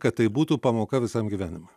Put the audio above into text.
kad tai būtų pamoka visam gyvenimui